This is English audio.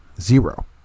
Zero